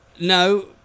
No